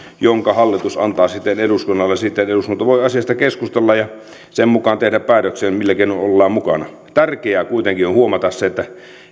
jonka hallitus antaa eduskunnalle siten että eduskunta voi asiasta keskustella ja sen mukaan tehdä päätöksiä millä keinoin ollaan mukana tärkeää kuitenkin on huomata se että